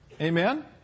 Amen